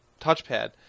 touchpad